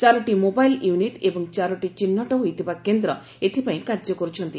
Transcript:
ଚାରୋଟି mobile unit ଏବଂ ଚାରୋଟି ଚିହ୍ଟ ହୋଇଥିବା କେନ୍ଦ ଏଥିପାଇଁ କାର୍ଯ୍ୟ କର୍ବଛନ୍ତି